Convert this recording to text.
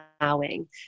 allowing